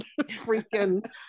freaking